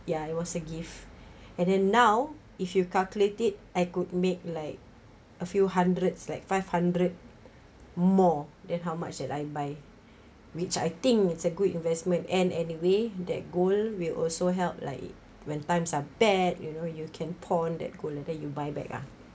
ya it was a gift and then now if you calculate it I could make like a few hundreds like five hundred more than how much that I buy which I think it's a good investment and anyway that gold will also help like when times are bad you know you can pawn that gold later you buy back ah